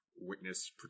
witness